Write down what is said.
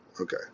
okay